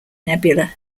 nebula